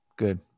Good